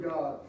God